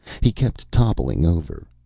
he kept toppling over.